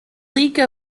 league